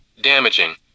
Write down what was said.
damaging